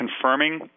confirming